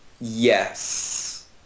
yes